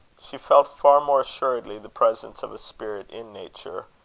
she felt far more assuredly the presence of a spirit in nature,